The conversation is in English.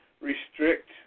restrict